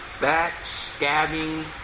back-stabbing